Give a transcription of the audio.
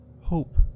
hope